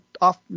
off